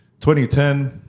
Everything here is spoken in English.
2010